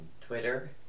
Twitter